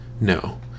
No